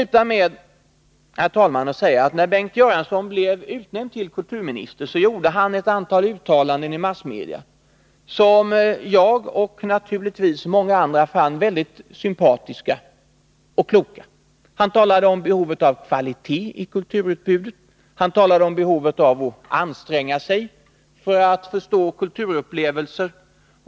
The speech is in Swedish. Får jag avsluta med att säga att när Bengt Göransson blev utnämnd till kulturminister, gjorde han ett antal uttalanden i massmedia som jag och många andra fann mycket sympatiska och kloka. Han talade om behovet av kvalitet i kulturutbudet, och han talade om behovet av att anstränga sig för att förstå kulturupplevelser.